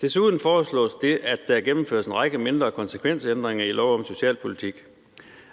Desuden foreslås det, at der gennemføres en række mindre konsekvensændringer i lov om socialpolitik.